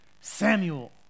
Samuel